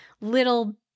little